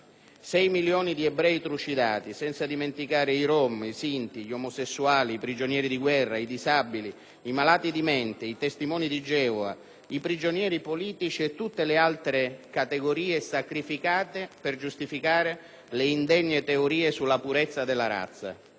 Sei milioni di ebrei trucidati, senza dimenticare i rom, i sinti, gli omosessuali, i prigionieri di guerra, i disabili, i malati di mente, i testimoni di Geova, i prigionieri politici e tutte le altre "categorie" sacrificate per giustificare le indegne teorie sulla purezza della razza.